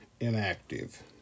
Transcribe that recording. inactive